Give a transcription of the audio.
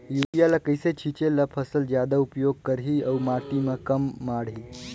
Urea ल कइसे छीचे ल फसल जादा उपयोग करही अउ माटी म कम माढ़ही?